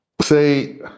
say